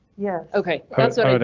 yeah, ok, that's ah but